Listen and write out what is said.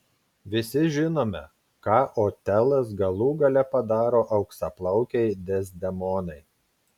visi žinome ką otelas galų gale padaro auksaplaukei dezdemonai